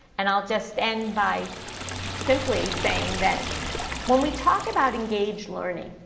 and i'll just end by simply saying that when we talk about engaged learning,